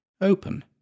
open